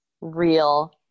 real